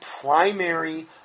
primary